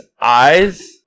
eyes